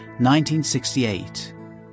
1968